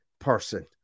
person